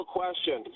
question